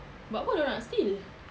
buat apa dorang nak steal